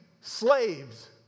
slaves